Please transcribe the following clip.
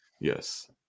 yes